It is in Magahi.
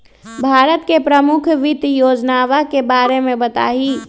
भारत के प्रमुख वित्त योजनावन के बारे में बताहीं